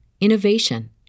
innovation